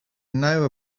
know